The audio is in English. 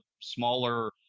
smaller